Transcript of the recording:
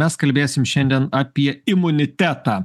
mes kalbėsim šiandien apie imunitetą